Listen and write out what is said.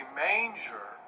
manger